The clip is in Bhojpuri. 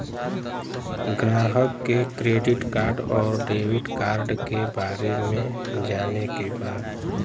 ग्राहक के क्रेडिट कार्ड और डेविड कार्ड के बारे में जाने के बा?